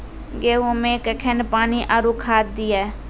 गेहूँ मे कखेन पानी आरु खाद दिये?